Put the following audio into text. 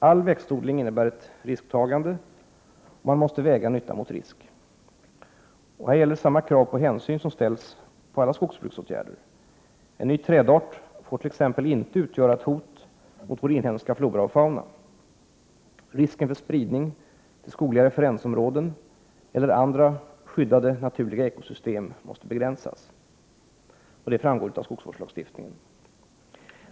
All växtodling innebär ett risktagande, och man måste väga nytta mot risk. Här gäller samma krav på hänsyn som ställs på alla skogsbruksåtgärder. En ny trädart får t.ex. inte utgöra ett hot mot vår inhemska flora och fauna. Risken för spridning till skogliga referensområden eller andra skyddade naturliga ekosystem måste begränsas. Detta framgår av skogsvårdslagstiftningen.